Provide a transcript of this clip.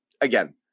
again